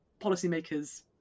policymakers